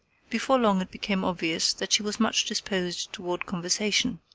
before long it became obvious that she was much disposed toward conversation.